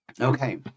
Okay